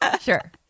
sure